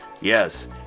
Yes